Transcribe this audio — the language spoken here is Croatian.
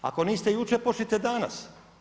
Ako niste jučer, počnite danas.